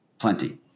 Plenty